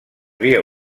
via